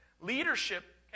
leadership